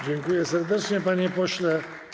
Dziękuję serdecznie, panie pośle.